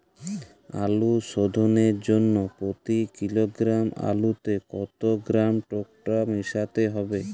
আলু শোধনের জন্য প্রতি কিলোগ্রাম আলুতে কত গ্রাম টেকটো মেশাতে হবে?